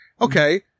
Okay